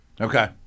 Okay